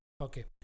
okay